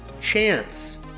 Chance